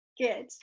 Good